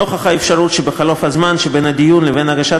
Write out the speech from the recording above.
נוכח האפשרות שבחלוף הזמן שבין הדיון לבין הגשת